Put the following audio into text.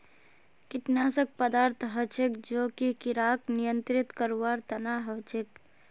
कीटनाशक पदार्थ हछेक जो कि किड़ाक नियंत्रित करवार तना हछेक